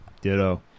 Ditto